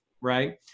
right